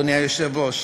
אדוני היושב-ראש.